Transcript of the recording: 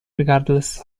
regardless